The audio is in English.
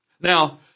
Now